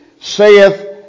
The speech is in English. saith